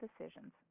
decisions